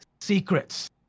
secrets